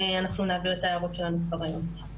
ואנחנו נעביר את ההערות שלנו כבר היום.